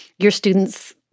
your students,